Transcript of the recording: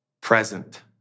present